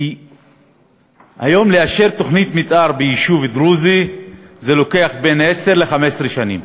כי היום לאשר תוכנית מתאר ביישוב דרוזי לוקח בין עשר ל-15 שנה.